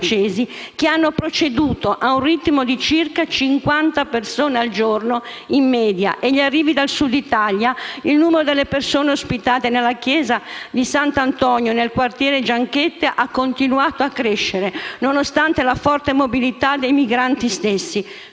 che hanno proceduto a un ritmo di circa 50 persone al giorno in media, e gli arrivi dal Sud Italia, il numero delle persone ospitate nella chiesa di sant'Antonio, nel quartiere delle Gianchette, ha continuato a crescere, nonostante la forte mobilità dei migranti stessi,